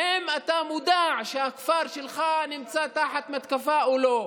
האם אתה מודע לזה שהכפר שלך נמצא תחת מתקפה או לא?